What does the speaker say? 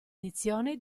edizione